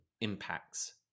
impacts